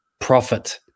profit